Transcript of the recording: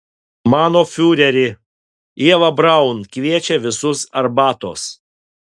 mano fiureri ieva braun kviečia visus arbatos